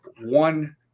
one